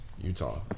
Utah